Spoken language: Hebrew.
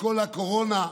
שכל הקורונה,